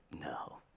no